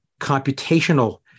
computational